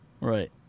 Right